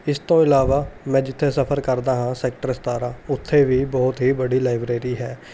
ਇਸ ਤੋਂ ਇਲਾਵਾ ਮੈਂ ਜਿੱਥੇ ਸਫਰ ਕਰਦਾ ਹਾਂ ਸੈਕਟਰ ਸਤਾਰ੍ਹਾਂ ਉੱਥੇ ਵੀ ਬਹੁਤ ਹੀ ਵੱਡੀ ਲਾਇਬ੍ਰੇਰੀ ਹੈ